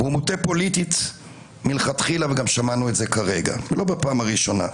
הוא מוטה פוליטית מלכתחילה וגם שמענו את זה כרגע ולא בפעם הראשונה.